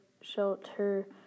shelter